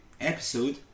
episode